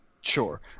Sure